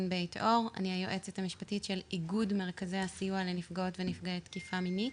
אני היועצת המשפטית של איגוד מרכזי הסיוע לנפגעות ונפגעי תקיפה מינית.